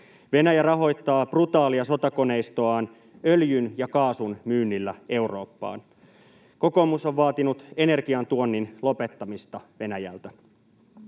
Venäjä rahoittaa brutaalia sotakoneistoaan öljyn ja kaasun myynnillä Eurooppaan. Kokoomus on vaatinut energiantuonnin lopettamista Venäjältä.